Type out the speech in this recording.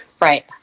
Right